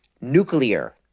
nuclear